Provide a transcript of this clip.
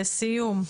לסיום.